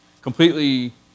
completely